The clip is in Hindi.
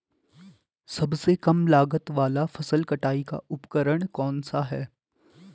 सबसे कम लागत वाला फसल कटाई का उपकरण कौन सा है?